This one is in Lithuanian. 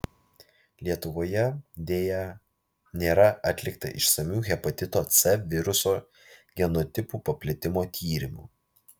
lietuvoje deja nėra atlikta išsamių hepatito c viruso genotipų paplitimo tyrimų